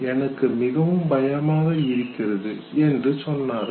எனக்கு மிகவும் பயமாக இருக்கிறது" என்று சொன்னார்கள்